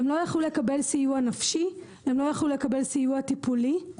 הן לא יכלו לקבל סיוע נפשי או טיפולי כי